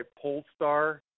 Polestar